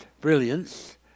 brilliance